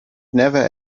never